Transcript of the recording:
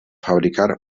fabricar